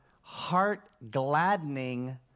heart-gladdening